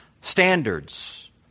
standards